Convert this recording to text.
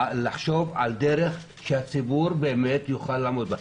לחשוב על דרך שהציבור באמת יוכל לעמוד בה.